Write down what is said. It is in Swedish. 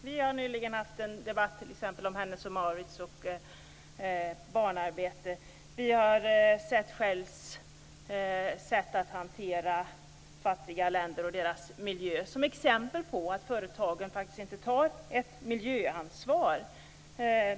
Vi har nyligen haft en debatt om Hennes & Mauritz och barnarbete. Vi har sett Shells sätt att hantera miljön i fattiga länder. Det är exempel på att företag inte tar miljöansvar.